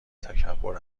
تکبر